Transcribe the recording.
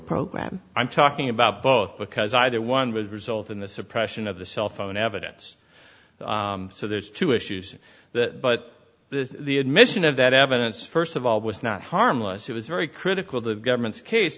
program i'm talking about both because either one would result in the suppression of the cell phone evidence so there's two issues that but the admission of that evidence first of all was not harmless it was very critical of the government's case